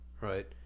right